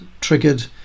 triggered